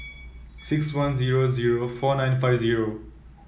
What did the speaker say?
six one zero zero four nine five zero